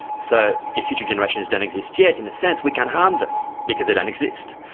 so if future generations don't exist yet, in a sense we can't harm them because they don't exist.